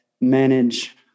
manage